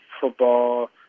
football –